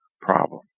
problem